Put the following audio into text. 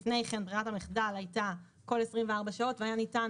לפני כן ברירת המחדל הייתה כל 24 שעות והיה ניתן